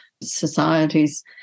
societies